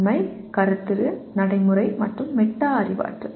உண்மை கருத்துரு நடைமுறை மற்றும் மெட்டா அறிவாற்றல்